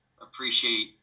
appreciate